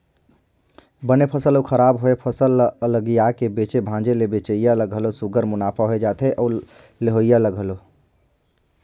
बने फसल अउ खराब होए फसल ल अलगिया के बेचे भांजे ले बेंचइया ल घलो सुग्घर मुनाफा होए जाथे अउ लेहोइया ल घलो